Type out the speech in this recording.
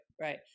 right